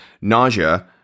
nausea